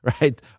right